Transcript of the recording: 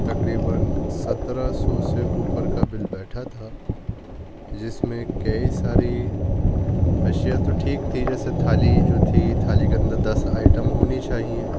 تقریباً سترہ سو سے اوپر کا بل بیٹھا تھا جس میں کئی ساری اشیا تو ٹھیک تھی جیسے تھالی جو تھی تھالی کے اندر دس آئٹم ہونی چاہییں